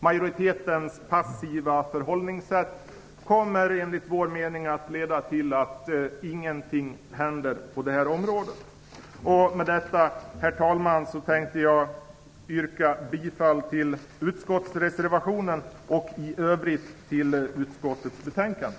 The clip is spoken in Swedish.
Majoritetens passiva förhållningssätt kommer enligt vår mening att leda till att ingenting händer på det här området. Herr talman! Med detta vill jag yrka bifall till reservationen och i övrigt till hemställan i utskottets betänkande.